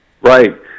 Right